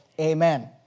Amen